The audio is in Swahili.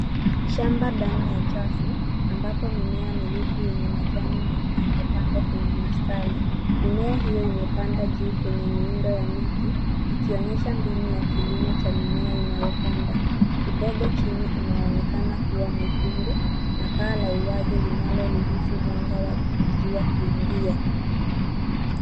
Shamba ndani ya chafu ambapo mimea miliki wenye majani mengine imepandwa kwenye mistari. Mimea hiyo imepanda juu kwenye miundo ya miti ikionyesha mbinu ya kilimo cha mimea inayopanda. Udongo chini unaonekana kuwa mwekundu na paa la uwazi linaloruhusu mwanga wa jua kuingia.